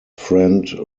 friend